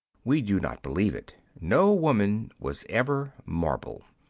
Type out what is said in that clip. we do not believe it. no woman was ever marble.